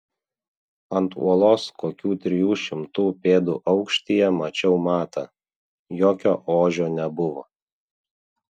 ant uolos kokių trijų šimtų pėdų aukštyje mačiau matą jokio ožio nebuvo